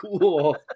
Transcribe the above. cool